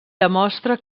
demostra